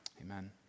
Amen